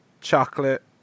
chocolate